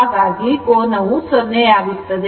ಹಾಗಾಗಿ ಕೋನವು 0 ಯಾಗುತ್ತದೆ